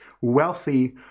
wealthy